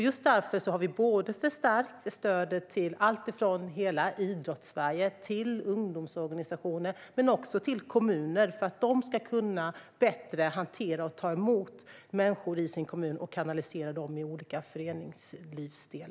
Just därför har regeringen förstärkt stödet till alltifrån hela Idrottssverige till ungdomsorganisationer och även kommuner så att de bättre kan hantera och ta emot människor och kanalisera dem till olika delar i föreningslivet.